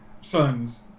son's